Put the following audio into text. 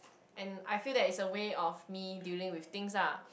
and I feel that is a way of me dealing with things ah